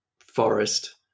forest